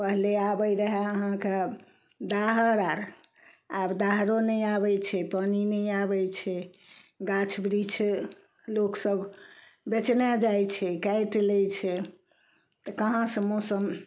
पहिले आबय रहय अहाँके दाहा अर आब दाहरो नहि आबय छै पानि नहि आबय छै गाछ वृक्ष लोकसब बेचने जाइ छै काटि लै छै तऽ कहाँसँ मौसम